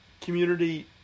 community